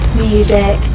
music